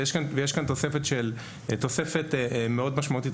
ויש כאן תוספת מאוד משמעותית,